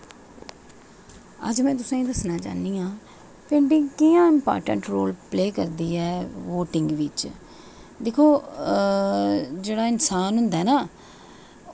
अज्ज में तुसेंगी दस्सना चाह्न्नी आं पेंटिंग कि'यां इम्पार्टेंट रोल प्ले करदी ऐ वोटिंग बिच दिक्खो जेह्ड़ा इन्सान होंदा ना